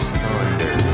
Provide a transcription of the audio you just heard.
thunder